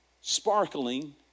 sparkling